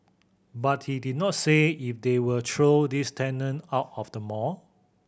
but he did not say if they will throw these tenant out of the mall